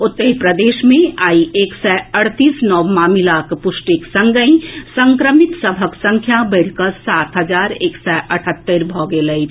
ओतहि प्रदेश मे आइ एक सय अड़तीस नव मामिलाक पुष्टिक संगहि संक्रमित सभक संख्या बढ़िकऽ सात हजार एक सय अठहत्तरि भऽ गेल अछि